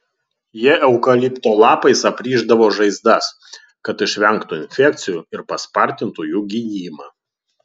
jie eukalipto lapais aprišdavo žaizdas kad išvengtų infekcijų ir paspartintų jų gijimą